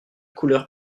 couleur